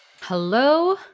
Hello